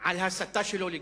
על ההסתה שלו לגזענות.